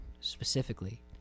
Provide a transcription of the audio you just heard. specifically